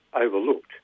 overlooked